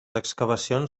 excavacions